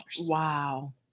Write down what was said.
Wow